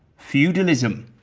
feudalism.